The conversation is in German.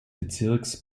bezirks